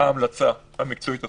ההמלצה המקצועית הסופית,